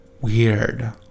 weird